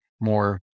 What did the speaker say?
more